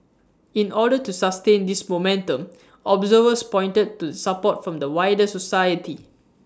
in order to sustain this momentum observers pointed to the support from the wider society